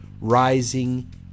rising